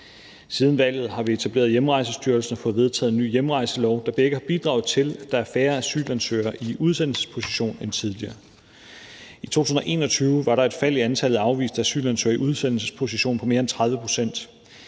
Siden valget har vi etableret Hjemrejsestyrelsen og fået vedtaget en ny hjemrejselov, der begge har bidraget til, at der er færre asylansøgere i udsendelsesposition end tidligere. I 2021 var der et fald i antallet af afviste asylansøgere i udsendelsesposition på mere end 30 pct.